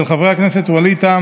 של חברי הכנסת ווליד טאהא,